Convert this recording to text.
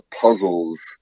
puzzles